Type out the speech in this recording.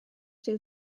rhyw